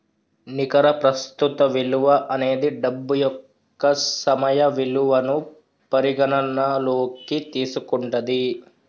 నికర ప్రస్తుత విలువ అనేది డబ్బు యొక్క సమయ విలువను పరిగణనలోకి తీసుకుంటది